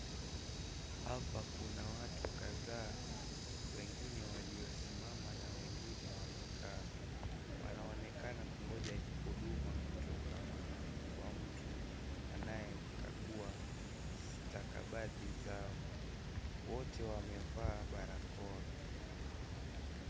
Hapa kuna watu kadhaa wengine waliosimama na wengine wamekaa wanaonekana kupewa huduma kutoka kwa mtu anayekagua stakabadhi zao, wote wamevaa barakoa.